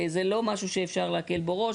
זה לא משהו שאפשר להקל בו ראש.